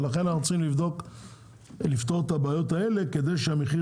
לכן אנחנו צריכים לפתור את הבעיות האלה כדי שהמחיר